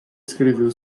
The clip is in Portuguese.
escreveu